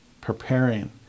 preparing